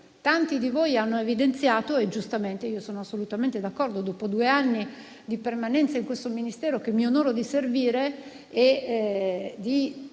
Tanti di voi hanno evidenziato giustamente un punto su cui io sono assolutamente d'accordo. Dopo due anni di permanenza in questo Ministero che mi onoro di servire e di *due